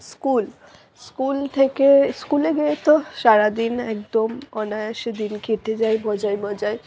school school থেকে স্কুলে যেহেতু সারাদিন একদম অনায়াসে দিন কেটে যায় মজায় মজায়